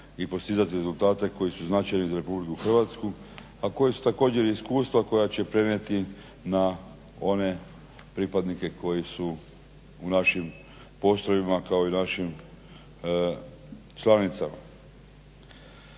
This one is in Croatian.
i postizati rezultate koji su značajni za RH, a koji su također iskustva koja će prenijeti na one pripadnike koji su u našim postrojbama kao i u našim članicama.